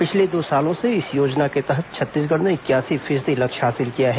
पिछले दो सालों में इस योजना के तहत छत्तीसगढ़ ने इकयासी फीसदी लक्ष्य हासिल किया है